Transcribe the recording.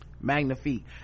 Magnifique